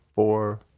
Four